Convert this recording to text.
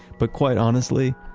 but quite honestly,